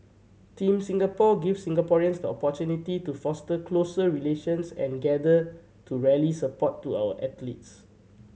Team Singapore gives Singaporeans the opportunity to foster closer relations and gather to rally support to our athletes